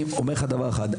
אני אומר לך דבר אחד.